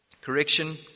Correction